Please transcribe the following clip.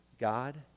God